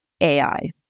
AI